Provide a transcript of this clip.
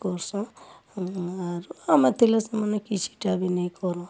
କରସନ୍ ଆରୁ ଆମେ ଥିଲେ ସେମାନେ କିଛି ଟା ବି ନାଇଁ କରନ୍